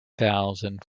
thousand